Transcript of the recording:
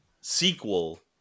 sequel